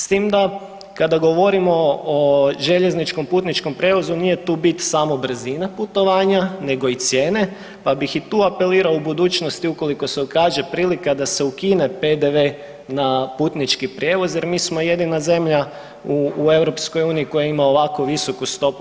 S tim da kada govorimo o željezničkom putničkom prijevozu nije tu bit samo brzina putovanja nego i cijene, pa bih i tu apelirao u budućnosti ukoliko se ukaže prilika da se ukine PDV na putnički prijevoz jer mi smo jedina zemlja u EU koja ima ovako visoku stopu.